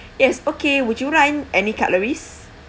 yes okay would you like in any cutleries